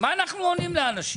מה אנחנו עונים לאנשים?